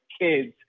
kids